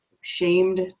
shamed